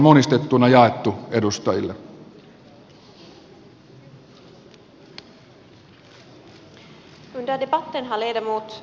kimmo tiilikainen pirkko ruohonen lernerin kannattamana